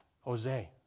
Jose